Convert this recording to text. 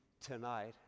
tonight